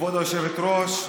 כבוד היושבת-ראש,